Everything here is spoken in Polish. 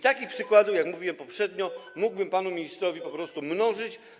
Takie przykłady, jak mówiłem poprzednio, mógłbym, panie ministrze, po prostu mnożyć.